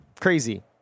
crazy